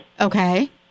Okay